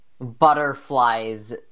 butterflies